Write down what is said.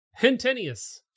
Hentenius